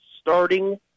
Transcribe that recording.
starting